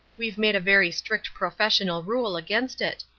we've made a very strict professional rule against it.